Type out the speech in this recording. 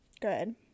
Good